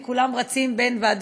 כי כולם רצים בין ועדות,